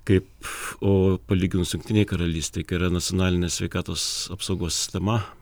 kaip o palyginus jungtinėj karalystėj kai yra nacionalinė sveikatos apsaugos sistema